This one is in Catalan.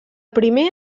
primer